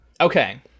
Okay